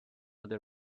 other